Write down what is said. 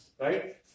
right